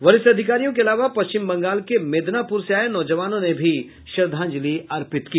वरिष्ठ अधिकारियों के अलावा पश्चिम बंगाल के मिदनापुर से आये नौजवानों ने भी श्रद्धांजलि अर्पित की